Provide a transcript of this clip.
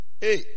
Hey